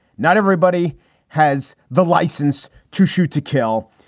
not everybody has the license to shoot, to kill.